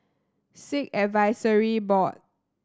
Sikh Advisory Board